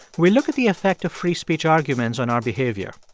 we look at the effect of free speech arguments on our behavior.